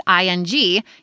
ing